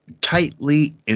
tightly